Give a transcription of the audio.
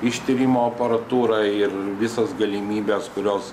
ištyrimo aparatūrą ir visas galimybes kurios